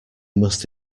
must